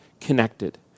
connected